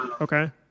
Okay